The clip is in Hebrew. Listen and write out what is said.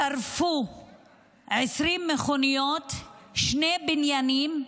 שרפו 20 מכוניות, שני בניינים,